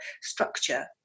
structure